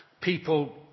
people